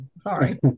Sorry